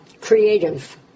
creative